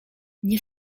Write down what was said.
nie